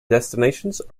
destinations